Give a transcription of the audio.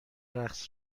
رقص